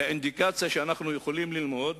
האינדיקציה שאנחנו יכולים ללמוד